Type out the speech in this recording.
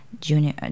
junior